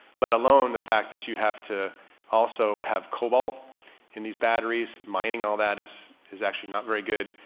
let alone the fact that you have to also have cobalt in these batteries mining. all that is is actually not very good.